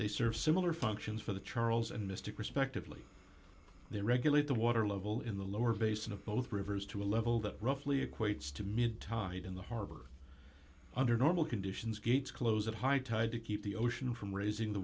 they serve similar functions for the charles and mystic respectively they regulate the water level in the lower basin of both rivers to a level that roughly equates to mid tide in the harbor under normal conditions gates close at high tide to keep the ocean from raising the